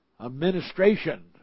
administration